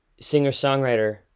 singer-songwriter